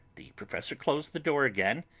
the professor closed the door again,